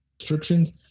restrictions